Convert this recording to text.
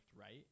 right